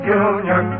Junior